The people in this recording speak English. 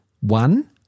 One